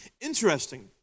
Interesting